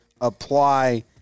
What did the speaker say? apply